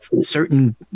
certain